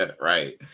Right